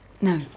No